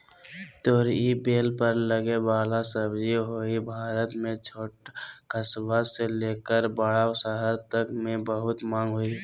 तोरई बेल पर लगे वला सब्जी हई, भारत में छोट कस्बा से लेकर बड़ा शहर तक मे बहुत मांग हई